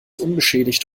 unbeschädigt